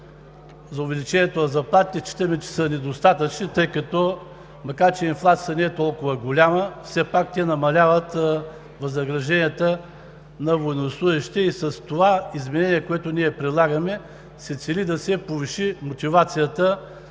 за увеличението на заплатите, считаме, че са недостатъчни, макар че инфлацията не е толкова голяма, все пак те намаляват възнагражденията на военнослужещите. С това изменение, което ние предлагаме, се цели да се повиши мотивацията